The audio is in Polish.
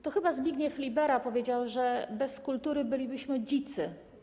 To chyba Zbigniew Libera powiedział, że bez kultury bylibyśmy dzicy.